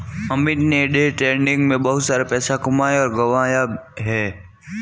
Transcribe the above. अमित ने day trading में बहुत सारा पैसा कमाया और गंवाया है